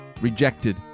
rejected